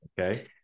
Okay